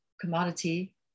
commodity